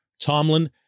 Tomlin